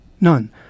None